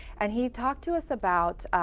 and he talked to us about